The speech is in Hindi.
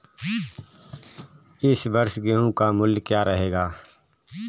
इस वर्ष गेहूँ का मूल्य क्या रहेगा?